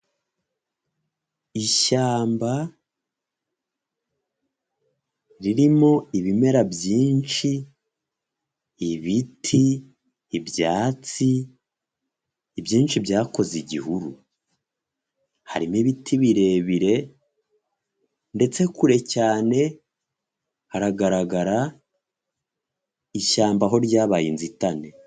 Ishyamba ririmo ibimera byinshi; ibiti, ibyatsi, ibyinshi byakoze igihuru; harimo ibiti birebire ndetse kure cyane haragaragara ishyamba aho ryabaye inzitane.